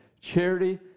Charity